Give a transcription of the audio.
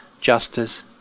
justice